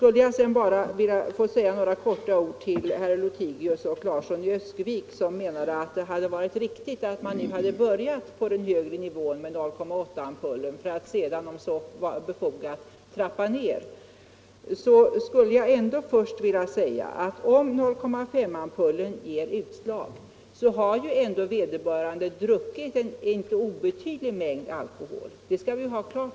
Låt mig också säga några få ord till herrar Lothigius och Larsson i Öskevik, som menade att det hade varit riktigt att börja med 0,8-promilleampullen för att sedan, om så är befogat, gå ned till 0,5-promilleampullen. Jag vill för det första säga att vederbörande, om 0,5-promilleampullen ger utslag, ändå har druckit en icke obetydlig mängd alkohol.